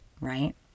right